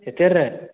ଏତେ ରେଟ୍